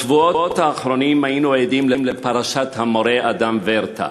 בשבועות האחרונים היינו עדים לפרשת המורה אדם ורטה.